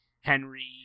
Henry